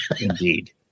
Indeed